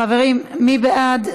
חברים, מי בעד?